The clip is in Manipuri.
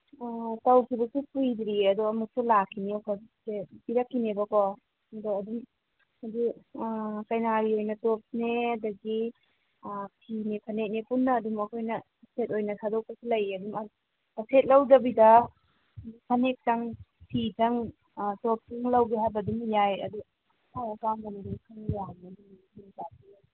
ꯑꯣ ꯇꯧꯈꯤꯕꯁꯨ ꯀꯨꯏꯗ꯭ꯔꯤꯌꯦ ꯑꯗꯣ ꯑꯃꯨꯛꯁꯨ ꯂꯥꯛꯈꯤꯅꯤ ꯑꯩꯈꯣꯏꯁꯦ ꯄꯤꯔꯛꯈꯤꯅꯦꯕꯀꯣ ꯑꯗꯣ ꯑꯗꯨꯝ ꯑꯗꯨ ꯀꯩꯅꯥꯒꯤ ꯑꯣꯏꯅ ꯇꯣꯞꯁꯅꯦ ꯑꯗꯒꯤ ꯐꯤꯅꯦ ꯐꯅꯦꯛꯅꯦ ꯄꯨꯟꯅ ꯑꯗꯨꯝ ꯑꯩꯈꯣꯏꯅ ꯁꯦꯠ ꯑꯣꯏꯅ ꯊꯥꯗꯣꯛꯄꯁꯨ ꯂꯩꯌꯦ ꯑꯗꯨꯃ ꯁꯦꯠ ꯂꯧꯗꯕꯤꯗ ꯐꯅꯦꯛꯇꯪ ꯐꯤꯗꯪ ꯇꯣꯞꯁꯇꯨꯃ ꯂꯧꯒꯦ ꯍꯥꯏꯕ ꯑꯗꯨꯝ ꯌꯥꯏ ꯑꯗꯨ ꯑꯄꯥꯝ ꯑꯄꯥꯝꯕ ꯑꯗꯨꯝ ꯈꯟꯕ ꯌꯥꯒꯅꯤ